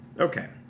Okay